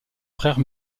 frère